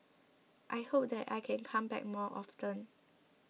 I hope that I can come back more often